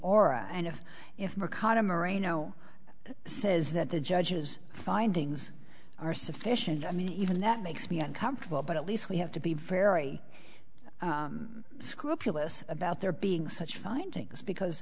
aura and if if we're caught in marino says that the judge's findings are sufficient i mean even that makes me uncomfortable but at least we have to be very scrupulous about there being such findings because